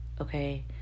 okay